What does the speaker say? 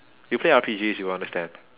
you play R_P_Gs you'll understand